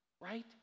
right